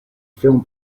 film